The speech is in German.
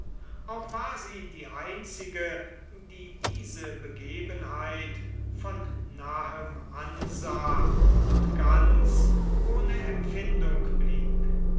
auch war sie die einzige die diese begebenheit von nahem ansah und ganz ohne empfindung blieb